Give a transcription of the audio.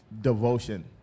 devotion